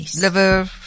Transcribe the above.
liver